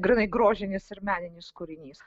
grynai grožinis ir meninis kūrinys